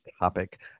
topic